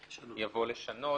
יבוא "לשנות".